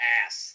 ass